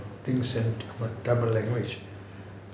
things and tamil language